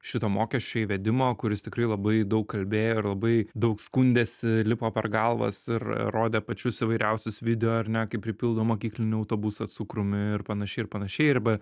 šito mokesčio įvedimo kuris tikrai labai daug kalbėjo ir labai daug skundėsi lipo per galvas ir rodė pačius įvairiausius video ar ne kaip pripildo mokyklinį autobusą cukrumi ir panašiai ir panašiai arba